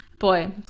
Boy